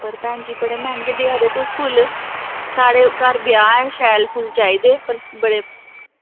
पर भैन जी बड़े मैहंगे देआ दे तुस फुल्ल साढ़े घर ब्याह् ऐ शैल फुल्ल चाहिदे पर बड़े